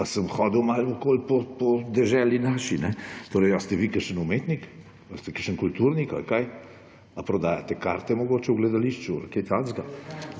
pa sem hodil malo okoli po deželi naši. Torej, ali ste vi kakšen umetnik? Ali ste kakšen kulturnik ali kaj? Ali prodajate karte mogoče v gledališču ali kaj takega?